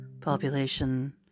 population